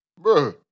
bro